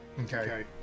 Okay